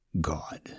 God